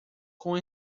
com